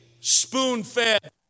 spoon-fed